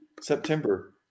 September